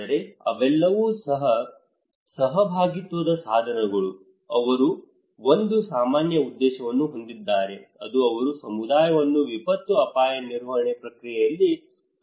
ಆದರೆ ಅವೆಲ್ಲವೂ ಎಲ್ಲಾ ಸಹಭಾಗಿತ್ವದ ಸಾಧನಗಳು ಅವರು ಒಂದು ಸಾಮಾನ್ಯ ಉದ್ದೇಶವನ್ನು ಹೊಂದಿದ್ದಾರೆ ಅದು ಅವರು ಸಮುದಾಯವನ್ನು ವಿಪತ್ತು ಅಪಾಯ ನಿರ್ವಹಣೆ ಪ್ರಕ್ರಿಯೆಯಲ್ಲಿ ತೊಡಗಿಸಿಕೊಳ್ಳಲು ಬಯಸುತ್ತಾರೆ